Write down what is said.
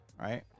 right